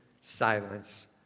silence